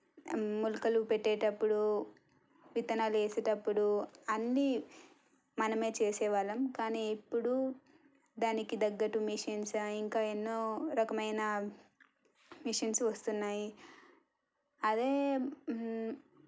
మొలకలు పెట్టేటప్పుడు విత్తనాలు వేసేటప్పుడు అన్నీ మనమే చేసేవాళ్ళం కానీ ఇప్పుడు దానికి తగ్గట్టు మెషిన్స్ ఇంకా ఎన్నో రకమైన మెషీన్స్ వస్తున్నాయి అదే